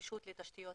נגישות לתשתיות